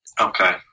Okay